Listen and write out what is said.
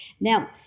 now